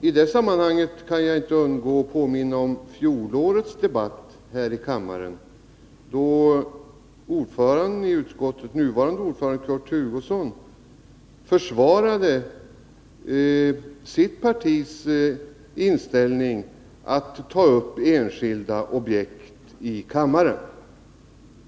I det sammanhanget kan jag inte undgå att påminna om fjolårets debatt här i kammaren, då den nuvarande ordföranden i utskottet, Kurt Hugosson, försvarade sitt partis inställning till att ta upp enskilda objekt i kammaren.